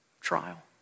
trial